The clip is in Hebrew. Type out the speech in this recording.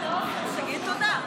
תגיד תודה.